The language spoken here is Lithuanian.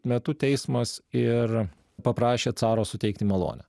metu teismas ir paprašė caro suteikti malonę